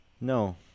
No